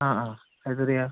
ആ ആ എത്രയാണ്